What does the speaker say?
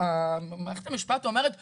מערכת המשפט אומרת 'לא,